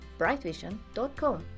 brightvision.com